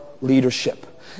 leadership